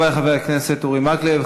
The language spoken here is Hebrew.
תודה רבה לחבר הכנסת אורי מקלב.